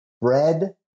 bread